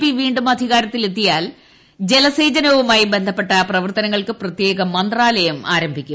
P വീണ്ടും അധികാരത്തിൽ എത്തിയാൽ ജലസേചനുവമായി ബന്ധപ്പെട്ട പ്രവർത്തനങ്ങൾക്ക് പ്രത്യേക മന്ത്രാലയം ആരംഭിക്കും